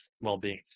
well-being